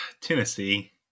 Tennessee